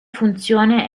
funzione